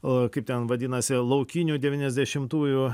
a kaip ten vadinasi laukinių devyniasdešimtųjų